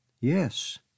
Yes